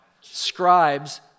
scribes